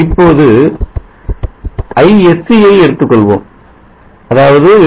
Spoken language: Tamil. இப்போது isc யை எடுத்துக் கொள்வோம் அதாவது 8